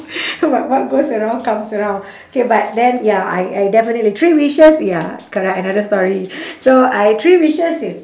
what what goes around comes around K but then ya I I definitely three wishes ya correct another story so I three wishes with